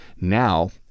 now